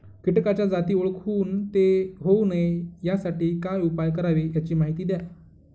किटकाच्या जाती ओळखून ते होऊ नये यासाठी काय उपाय करावे याची माहिती द्या